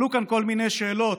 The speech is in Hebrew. עלו כאן כל מיני שאלות,